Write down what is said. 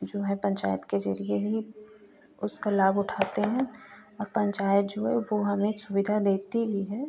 जो है पंचायत के ज़रिये ही उसका लाभ उठाते हैं और पंचायत जो है वह हमें सुविधा देती भी है